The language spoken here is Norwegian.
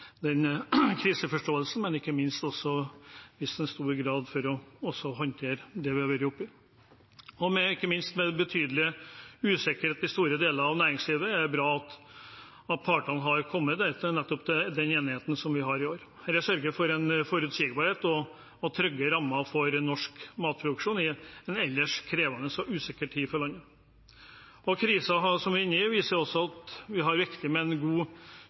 men ikke minst også vist stor vilje til å håndtere det vi har vært oppi. Og ikke minst: Med betydelig usikkerhet i store deler av næringslivet er det bra at partene har kommet til nettopp den enigheten vi har i år. Dette sørger for forutsigbarhet og trygge rammer for norsk matproduksjon i en ellers krevende og usikker tid for landet. Krisen vi er inne i, viser også at det er viktig med en god